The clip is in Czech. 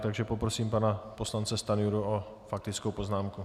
Takže poprosím pana poslance Stanjuru o faktickou poznámku.